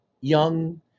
young